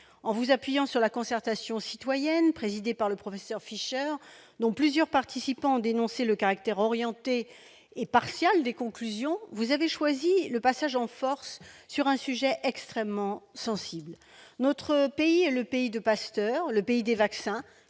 En vous appuyant sur la concertation citoyenne présidée par le professeur Fischer, dont plusieurs participants ont dénoncé le caractère orienté et partial des conclusions, vous avez choisi le passage en force sur un sujet extrêmement sensible. Notre pays est le pays de Pasteur, le pays des vaccins,